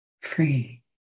free